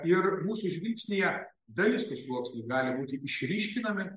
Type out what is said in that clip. ir mūsų žvilgsnyje dalis tų sluoksnių gali būti išryškinami